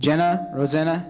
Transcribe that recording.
jenna rosanna